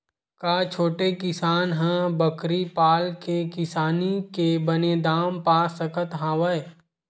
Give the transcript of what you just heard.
का छोटे किसान ह बकरी पाल के किसानी के बने दाम पा सकत हवय?